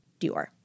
Dior